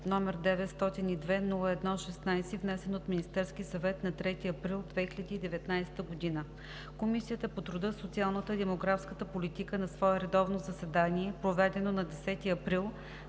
№ 902 01 16, внесен от Министерския съвет на 3 април 2019 г. Комисията по труда, социалната и демографската политика на свое редовно заседание, проведено на 10 април